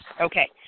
Okay